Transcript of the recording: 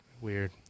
Weird